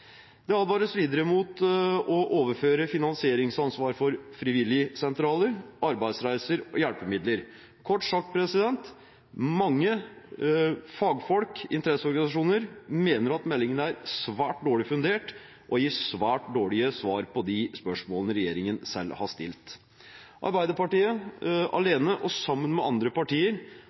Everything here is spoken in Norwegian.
Det advares videre mot å overføre finansieringsansvaret for frivilligsentraler, arbeidsreiser og hjelpemidler. Kort sagt: Mange fagfolk og interesseorganisasjoner mener at meldingen er svært dårlig fundert og gir svært dårlige svar på spørsmålene som regjeringen selv har stilt. Arbeiderpartiet – alene og sammen med andre partier